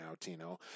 Tino